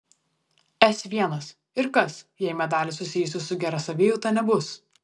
s l ir kas jei medalių susijusių su gera savijauta nebus